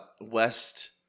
West